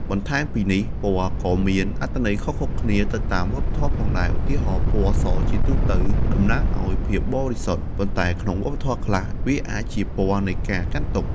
បន្ថែមពីនេះ ពណ៌ក៏មានអត្ថន័យខុសៗគ្នាទៅតាមវប្បធម៌ផងដែរ ឧទាហរណ៍ ពណ៌សជាទូទៅតំណាងឲ្យភាពបរិសុទ្ធ ប៉ុន្តែក្នុងវប្បធម៌ខ្លះវាអាចជាពណ៌នៃការកាន់ទុក្ខ។